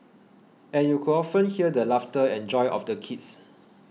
and you could often hear the laughter and joy of the kids